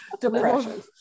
depression